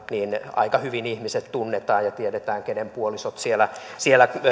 aika hyvin ihmiset tunnetaan ja tiedetään kenen puolisot siellä siellä